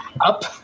up